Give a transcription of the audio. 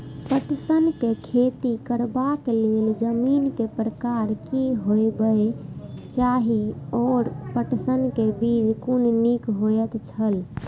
पटसन के खेती करबाक लेल जमीन के प्रकार की होबेय चाही आओर पटसन के बीज कुन निक होऐत छल?